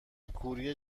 کوری